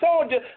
soldier